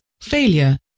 failure